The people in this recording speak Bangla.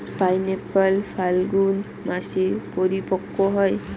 পাইনএপ্পল ফাল্গুন মাসে পরিপক্ব হয়